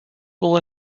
will